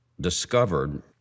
discovered